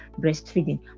breastfeeding